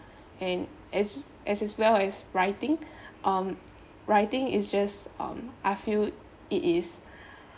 and as~ as as well as writing um writing is just um I feel it is